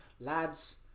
Lads